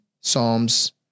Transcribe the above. Psalms